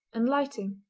and lighting,